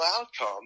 outcome